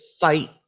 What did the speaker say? fight